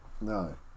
No